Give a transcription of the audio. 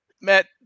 Matt